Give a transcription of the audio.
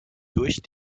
durch